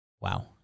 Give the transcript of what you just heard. Wow